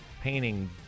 painting